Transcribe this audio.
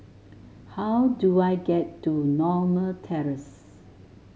how do I get to Norma Terrace